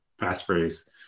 passphrase